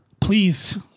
Please